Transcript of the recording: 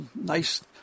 nice